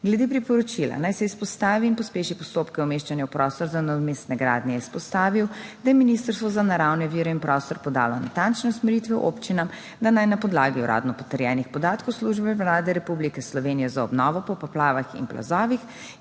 Glede priporočila naj se izpostavi in pospeši postopke umeščanja v prostor za nadomestne gradnje je izpostavil, da je Ministrstvo za naravne vire in prostor podalo natančne usmeritve občinam, da naj na podlagi uradno potrjenih podatkov Službe Vlade Republike Slovenije za obnovo po poplavah in plazovih